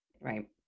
right